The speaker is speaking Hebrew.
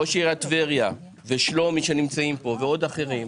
ראש עיריית טבריה ושלומי שנמצאים פה, ואחרים,